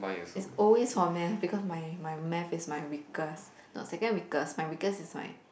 it's always for math because my my math is my weakest no second weakest my weakest is my